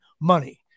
money